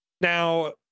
now